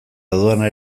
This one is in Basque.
aduana